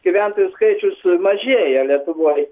gyventojų skaičius mažėja lietuvoj